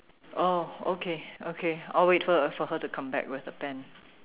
oh okay okay I will wait for her for her to come back with a pen